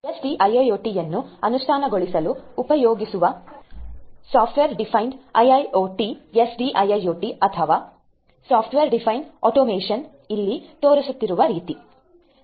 S D I I O T ಯನ್ನು ಅನುಷ್ಠಾನಗೊಳಿಸಲು ಉಪಯೋಗಿಸುವ ಸಾಫ್ಟ್ವೇರ್ ಡಿಫೈನ್ಡ್ ಐಐಒಟಿ ಅಥವಾ ಸಾಫ್ಟ್ವೇರ್ ಡಿಫೈನ್ಡ್ ಆಟೋಮೇಷನ್ ಇಲ್ಲಿ ತೋರಿಸಿರುವ ರೀತಿ ಇದೆ